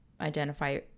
identify